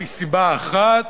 מצאתי סיבה אחת,